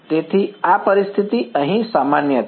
તેથી આ પરિસ્થિતિ અહીં સામાન્ય છે